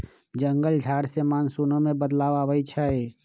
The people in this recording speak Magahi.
जंगल झार से मानसूनो में बदलाव आबई छई